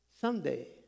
Someday